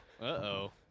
Uh-oh